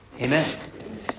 Amen